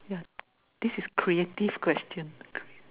yeah this is creative question